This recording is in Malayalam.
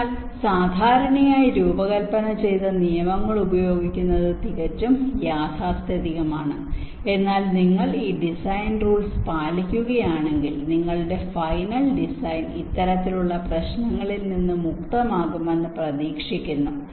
അതിനാൽ സാധാരണയായി രൂപകൽപ്പന ചെയ്ത നിയമങ്ങൾ ഉപയോഗിക്കുന്നത് തികച്ചും യാഥാസ്ഥിതികമാണ് എന്നാൽ നിങ്ങൾ ഈ ഡിസൈൻ റൂൾസ് പാലിക്കുകയാണെങ്കിൽ നിങ്ങളുടെ ഫൈനൽ ഡിസൈൻ ഇത്തരത്തിലുള്ള പ്രശ്നങ്ങളിൽ നിന്ന് മുക്തമാകുമെന്ന് പ്രതീക്ഷിക്കുന്നു